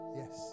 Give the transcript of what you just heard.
yes